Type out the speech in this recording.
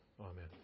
Amen